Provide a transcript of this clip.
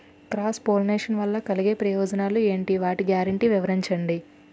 Cross pollination వలన కలిగే ప్రయోజనాలు ఎంటి? వాటి గ్యారంటీ వివరించండి?